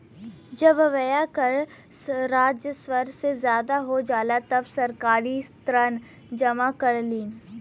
जब व्यय कर राजस्व से ज्यादा हो जाला तब सरकार सरकारी ऋण जमा करलीन